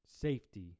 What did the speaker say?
safety